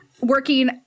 working